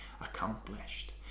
accomplished